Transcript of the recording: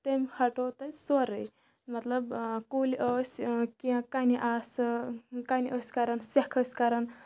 تٔمۍ ہَٹوو تَتہِ سورُے مطلب کُلۍ ٲسۍ کیٚنٛہہ کَنہِ آسہٕ کَنہِ ٲسۍ کَران سٮ۪کھ ٲسۍ کَران